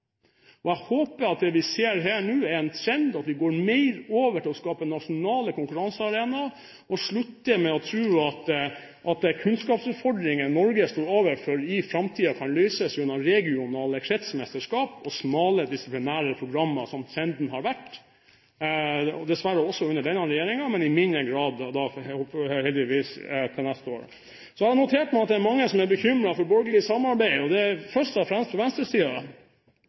konkurransearenaene. Jeg håper at det vi ser her nå, er en trend, og at vi går mer over til å skape nasjonale konkurransearenaer og slutter med å tro at kunnskapsutfordringen som Norge står overfor i framtiden, kan løses gjennom regionale kretsmesterskap og smale, disiplinære programmer. Det har vært trenden, dessverre, også under denne regjeringen, men i mindre grad – heldigvis – til neste år. Så har jeg notert meg at det er mange som er bekymret for borgerlig samarbeid, først og fremst